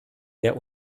der